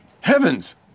Heavens